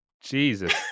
Jesus